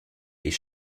est